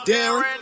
Darren